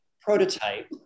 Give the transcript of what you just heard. prototype